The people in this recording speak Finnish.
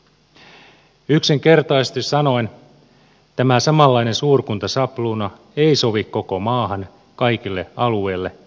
yksinkertaisesti sanoen tämä samanlainen suurkuntasapluuna ei sovi koko maahan kaikille alueille